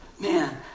Man